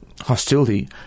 hostility